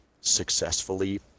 successfully